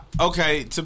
Okay